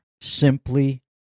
Simply